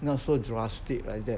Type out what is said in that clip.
not so drastic like that